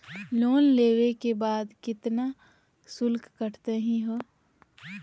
Loan लेवे के बाद केतना शुल्क कटतही हो?